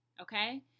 Okay